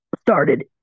started